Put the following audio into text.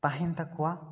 ᱛᱟᱦᱮᱱ ᱛᱟᱠᱚᱣᱟ